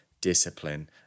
discipline